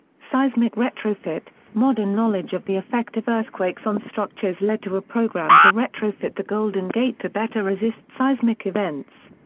seismic retrofit modern knowledge of the effect of earthquakes on structures led to a program to retrofit the golden gate to better resist seismic events.